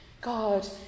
God